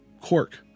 cork